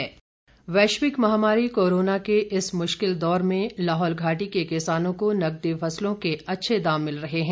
किसान लाहौल वैश्विक महामारी कोरोना के इस मुश्किल दौर में लाहौल घाटी के किसानों को नगदी फसलों के अच्छे दाम मिल रहे हैं